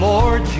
Lord